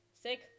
sick